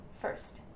first